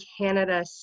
Canada